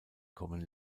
kommen